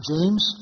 James